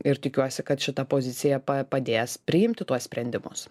ir tikiuosi kad šita pozicija padės priimti tuos sprendimus